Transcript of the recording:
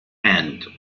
end